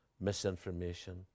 misinformation